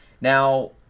Now